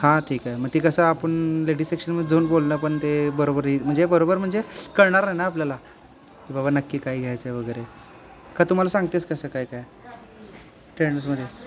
हां ठीक आहे मग ते कसं आपण लेडीज सेक्शनमध्ये जाऊन बोलणं पण ते बरोबर ही म्हणजे बरोबर म्हणजे कळणार नाही ना आपल्याला बाबा नक्की काही घ्यायचं आहे वगैरे का तु मला सांगतेस कसं काय काय ट्रेंड्समध्ये